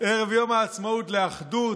ערב יום העצמאות לאחדות,